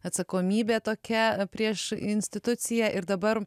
atsakomybė tokia prieš instituciją ir dabar